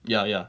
ya ya